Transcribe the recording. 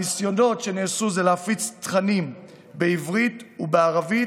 הניסיונות שנעשו זה להפיץ תכנים בעברית ובערבית,